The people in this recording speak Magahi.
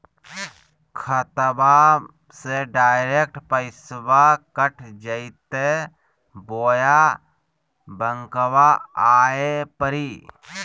खाताबा से डायरेक्ट पैसबा कट जयते बोया बंकबा आए परी?